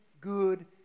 good